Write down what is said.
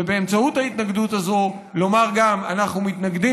ובאמצעות ההתנגדות הזו גם לומר: אנחנו מתנגדים